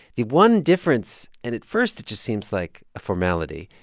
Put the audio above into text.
the one difference, and at first it just seems like a formality,